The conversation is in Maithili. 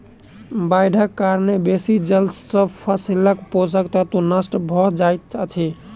बाइढ़क कारणेँ बेसी जल सॅ फसीलक पोषक तत्व नष्ट भअ जाइत अछि